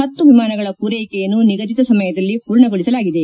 ಪತ್ತು ವಿಮಾನಗಳ ಪೂರೈಕೆಯನ್ನು ನಿಗದಿತ ಸಮಯದಲ್ಲಿ ಪೂರ್ಣಗೊಳಿಸಲಾಗಿದೆ